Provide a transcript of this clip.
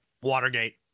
Watergate